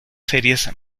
series